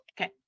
okay